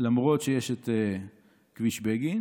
למרות שיש את כביש בגין.